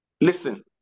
Listen